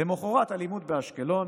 למוחרת: אלימות באשקלון,